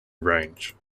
range